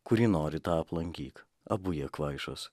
kurį nori tą aplankyk abu jie kvaišos